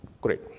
Great